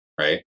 Right